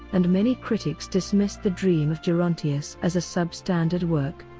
and many critics dismissed the dream of gerontius as a substandard work.